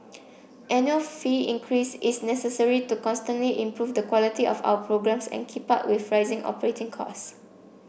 annual fee increase is necessary to constantly improve the quality of our programmes and keep up with rising operating costs